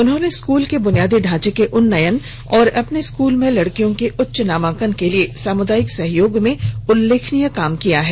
उन्होंने स्कूल के बुनियादी ढांचे के उन्नयन और अपने स्कूल में लड़कियों के उच्च नामांकन के लिए सामुदायिक सहयोग में उल्लेखनीय काम किया है